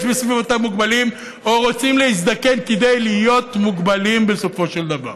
בסביבתם מוגבלים או רוצים להזדקן כדי להיות מוגבלים בסופו של דבר.